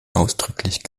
ausdrücklich